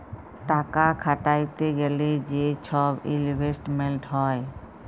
টাকা খাটাইতে গ্যালে যে ছব ইলভেস্টমেল্ট হ্যয়